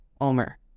omer